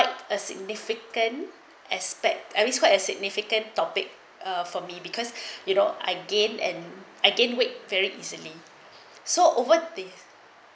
a significant aspect at least quite a significant topic for me because you know again and I again weight very easily so over the